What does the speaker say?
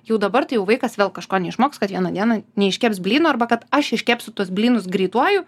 jau dabar tai jau vaikas vėl kažko neišmoks kad vieną dieną neiškeps blynų arba kad aš iškepsiu tuos blynus greituoju